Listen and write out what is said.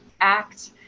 act